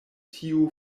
tiu